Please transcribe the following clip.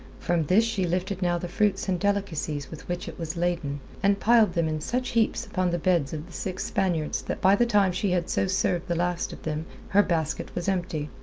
from this she lifted now the fruits and delicacies with which it was laden, and piled them in such heaps upon the beds of the six spaniards that by the time she had so served the last of them her basket was empty,